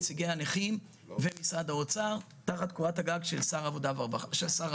נציגי הנכים ומשרד האוצר תחת קורת הגג של שר הרווחה